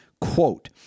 quote